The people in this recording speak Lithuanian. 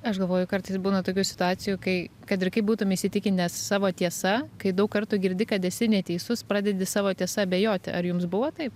aš galvoju kartais būna tokių situacijų kai kad ir kaip būtum įsitikinęs savo tiesa kai daug kartų girdi kad esi neteisus pradedi savo tiesa abejoti ar jums buvo taip